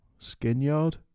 Skinyard